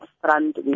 front